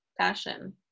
fashion